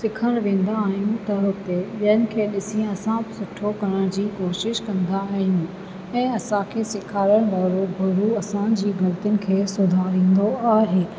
सिखणु वेंदा आहियूं त उते ॿियनि खे ॾिसी असां बि सुठो करण जी कोशिशि कंदा आहियूं ऐं असां खे सेखारणु वारो गुरू असां जी ग़लतियुनि खे सुधारींदो आहे